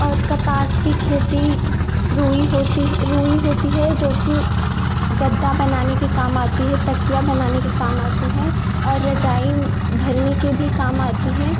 और कपास की खेती रुई होती है रुई होती है जो कि गद्दा बनाने के काम आती है तकिया बनाने के काम आती है और रजाई भरने के भी काम आती है